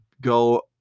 go